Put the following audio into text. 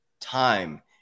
time